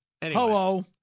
hello